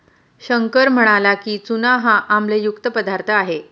शंकर म्हणाला की, चूना हा आम्लयुक्त पदार्थ आहे